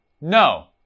No